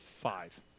Five